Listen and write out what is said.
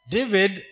David